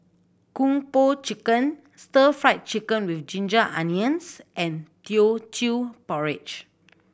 Kung Po Chicken Stir Fried Chicken With Ginger Onions and Teochew Porridge